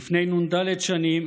לפני נ"ד שנים,